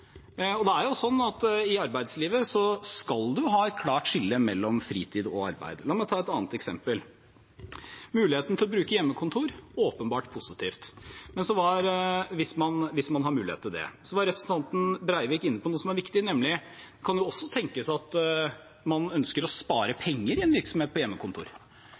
er ikke bra. I arbeidslivet skal man ha et klart skille mellom fritid og arbeid. La meg ta et annet eksempel. Muligheten til å bruke hjemmekontor er åpenbart positivt hvis man har mulighet til det, men representanten Breivik er inne på noe som også er viktig. Det kan tenkes at en virksomhet ønsker å spare penger på hjemmekontor. Skal man ha et regelverk som sier at det er helt greit at man i praksis har hjemmekontor